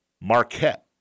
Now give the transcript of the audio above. Marquette